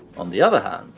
on the other hand,